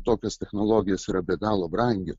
tokios technologijos yra be galo brangi